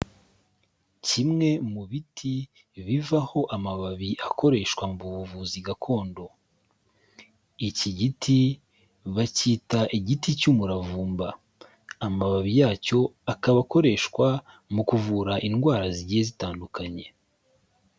Kimwe mu biti bivaho amababi akoreshwa mu buvuzi gakondo. Iki giti bacyita igiti cy'umuravumba. Amababi yacyo akaba akoreshwa mu kuvura indwara zigiye zitandukanye.